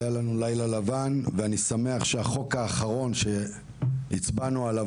היה לנו לילה לבן ואני שמח שהחוק האחרון שהצבענו עליו